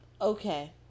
okay